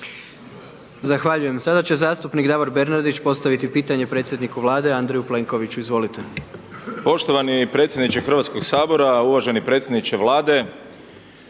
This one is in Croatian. (HDZ)** Sada će zastupnik Davor Bernardić postaviti pitanje predsjedniku Vlade Andreju Plenkoviću, izvolite. **Bernardić, Davor (SDP)** Poštovani predsjedniče Hrvatskog sabora, uvaženi predsjedniče Vlade.